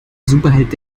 superheld